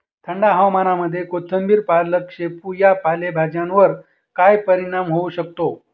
थंड हवामानामध्ये कोथिंबिर, पालक, शेपू या पालेभाज्यांवर काय परिणाम होऊ शकतो?